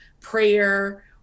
prayer